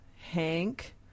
Hank